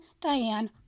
Diane